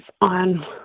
on